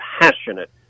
passionate